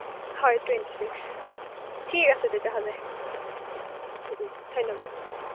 হয় twenty chicks ঠিক আছে তেতিয়াহ'লে ধন্যবাদ